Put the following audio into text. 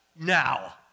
now